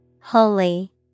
Holy